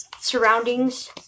surroundings